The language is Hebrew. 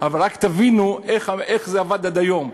אבל רק תבינו איך זה עבד עד היום.